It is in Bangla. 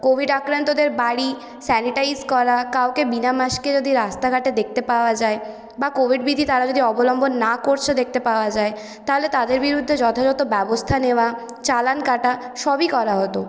কোভিড আক্রান্তদের বাড়ি স্যানিটাইজ করা কাউকে বিনা মাস্কে যদি রাস্তাঘাটে দেখতে পাওয়া যায় বা কোভিড বিধি তারা অবলম্বন না করছে দেখতে পাওয়া যায় তাহলে তাদের বিরুদ্ধে যথাযথ ব্যবস্থা নেওয়া চালান কাটা সবই করা হত